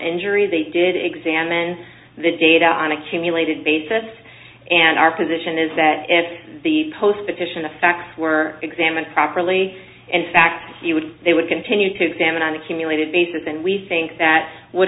injury they did examine the data on accumulated basis and our position is that as the post petition the facts were examined properly in fact they would continue to examine on accumulated basis and we think that would